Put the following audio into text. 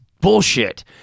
bullshit